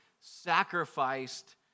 sacrificed